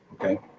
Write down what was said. Okay